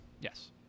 Yes